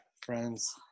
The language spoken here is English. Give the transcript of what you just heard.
friends